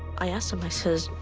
i asked him. i says,